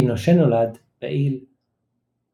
פינושה נולד בעיר ולפראיסו